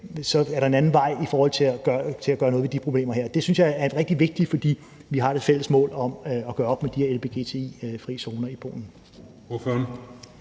er, er der en anden vej i forhold til at gøre noget ved de problemer her? Det synes jeg er rigtig vigtigt, fordi vi har det fælles mål om at gøre op med de her lgbti-frie zoner i Polen.